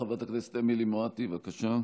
חברת הכנסת אמילי מואטי, בבקשה.